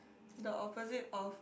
the opposite of